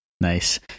nice